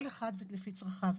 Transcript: כל אחד לפי צרכיו.